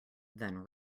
than